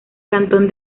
cantón